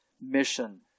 mission